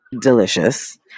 delicious